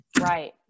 Right